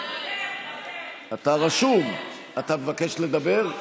אתה רשום, אתה מבקש לדבר?